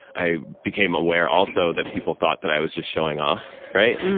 i became aware also that people thought that i was just showing off right?